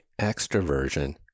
extroversion